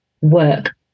work